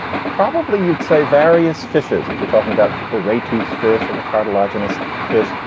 probably you'd say various fishes if you're talking about the rate tooth fish and the cartilaginous fish,